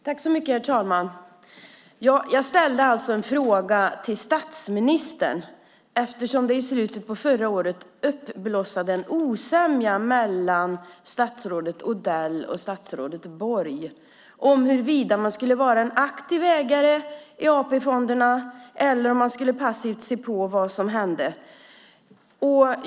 Herr talman! Jag ställde alltså en fråga till statsministern eftersom det i slutet av förra året blossade upp en osämja mellan statsrådet Odell och statsrådet Borg om huruvida man ska vara en aktiv ägare i AP-fonderna eller passivt se på vad som händer.